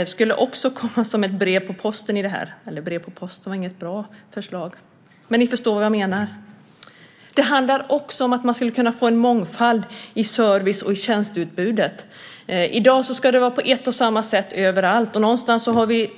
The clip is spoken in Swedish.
Det skulle komma som ett brev på posten med det här. Ja, brev på posten var ingen bra jämförelse, men ni förstår vad jag menar. Det handlar vidare om att man skulle kunna få en mångfald i service och i tjänsteutbudet. I dag ska det vara på ett och samma sätt överallt. Någonstans har vi